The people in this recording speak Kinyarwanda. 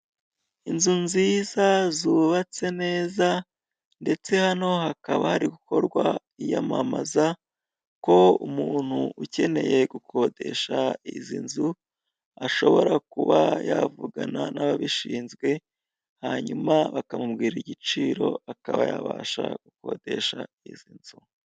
Inzu nziza zubatse neza, ndetse hano hakaba hari gukorwa iyamamaza ko umuntu ukeneye gukodesha izi nzu, ashobora kuba yavugana n'ababishinzwe hanyuma bakamubwira igiciro akaba yabasha gukodesha izi nzu.